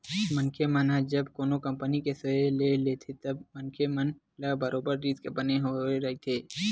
मनखे मन ह जब कोनो कंपनी के सेयर ल लेथे तब मनखे मन ल बरोबर रिस्क बने होय रहिथे